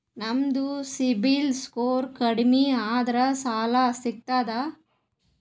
ನಮ್ದು ಸಿಬಿಲ್ ಸ್ಕೋರ್ ಕಡಿಮಿ ಅದರಿ ಸಾಲಾ ಸಿಗ್ತದ?